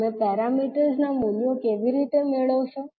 તમે પેરામીટર્સ ના મૂલ્યો કેવી રીતે મેળવશો